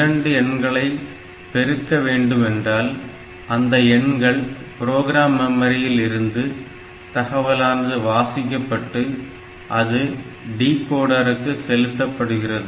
2 எண்களை பெருக்க வேண்டுமென்றால் அந்த எண்கள் ப்ரோக்ராம் மெமரியில் இருந்து தகவலானது வாசிக்கப்பட்டு அது டிகோடருக்கு செலுத்தப்படுகிறது